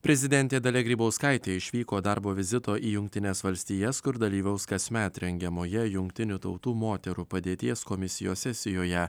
prezidentė dalia grybauskaitė išvyko darbo vizito į jungtines valstijas kur dalyvaus kasmet rengiamoje jungtinių tautų moterų padėties komisijos sesijoje